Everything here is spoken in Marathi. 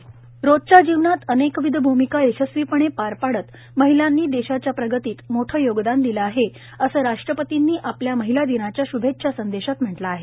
महिलादिन रोजच्या जीवनात अनेकविध भूमिका यशस्वीपणे पार पाडत महिलांनी देशाच्या प्रगतीत मोठं योगदान दिलं आहे असं राष्ट्रपतींनी आपल्या महिला दिनाच्या शुभेच्छा संदेशात म्हटलं आहे